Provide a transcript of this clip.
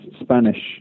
Spanish